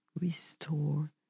restore